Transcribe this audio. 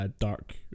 Dark